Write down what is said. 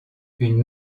une